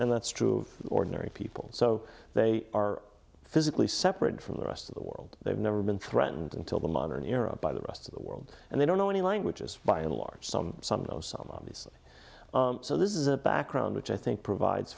and that's true of ordinary people so they are physically separated from the rest of the world they've never been threatened until the modern era by the rest of the world and they don't know any languages by and large some some of those some of these so this is a background which i think provides